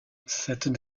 cette